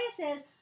places